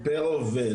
זה פר עובד.